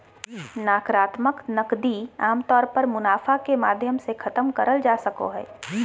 नाकरात्मक नकदी आमतौर पर मुनाफा के माध्यम से खतम करल जा सको हय